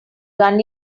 gun